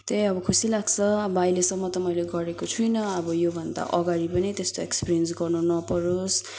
त्यही अब खुसी लाग्छ अब अहिलेसम्म त मैले गरेको छुइनँ अब योभन्दा अघाडि पनि त्यस्तो एक्सपिरियन्स गर्नु नपरोस्